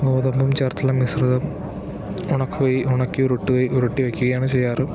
ഗോതമ്പും ചേർത്തുള്ള മിശ്രിതം ഉണക്കുകയും ഉണക്കിയുരുട്ടുകയും ഉണക്കിയുരുട്ടിവെക്കുകയും ആണ് ചെയ്യാറ്